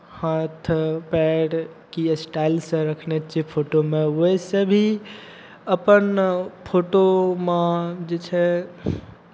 हाथ पैर की स्टाइलसँ रखने छै फोटोमे वइसे भी अपन फोटोमे जे छै